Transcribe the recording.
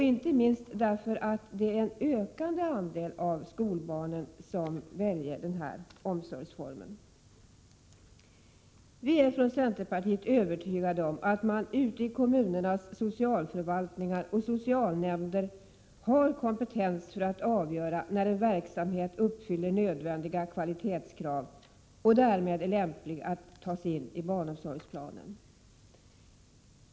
Samtidigt är det en ökande andel av föräldrar till skolbarn som väljer denna form. Vi från centerpartiet är övertygade om att man ute i kommunernas socialförvaltningar och socialnämnder har kompetens för att avgöra när en verksamhet uppfyller nödvändiga kvalitetskrav och därmed är lämplig att tas in i barnomsorgsplanen.